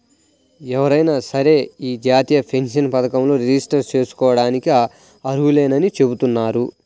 ఎవరైనా సరే యీ జాతీయ పెన్షన్ పథకంలో రిజిస్టర్ జేసుకోడానికి అర్హులేనని చెబుతున్నారు